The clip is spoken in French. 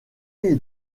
est